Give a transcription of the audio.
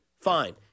fine